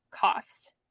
cost